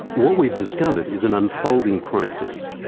what we've discovered is an unfolding process,